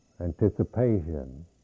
Anticipation